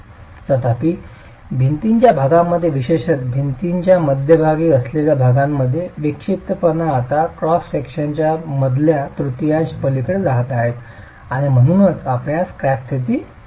तथापि भिंतीच्या भागांमध्ये विशेषत भिंतीच्या मध्यभागी असलेल्या भागांमध्ये विक्षिप्तपणा आता क्रॉस सेक्शनच्या मधल्या तृतीयांश पलीकडे जात आहे आणि म्हणूनच आपल्यास क्रॅक स्थिती असेल